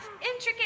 intricate